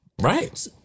Right